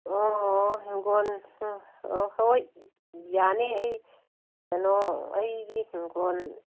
ꯑꯣ ꯍꯤꯡꯒꯣꯜ ꯍꯣꯏ ꯌꯥꯅꯤ ꯑꯩ ꯀꯩꯅꯣ ꯑꯩꯒꯤ ꯍꯤꯡꯒꯣꯜ